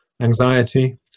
anxiety